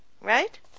Right